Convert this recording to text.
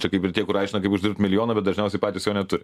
čia kaip ir tie kur aiška kaip uždirbt milijoną bet dažniausiai patys jo neturi